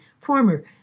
former